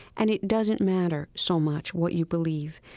and it doesn't matter so much what you believe.